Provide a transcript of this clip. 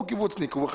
הוא קיבוצניק, הוא חי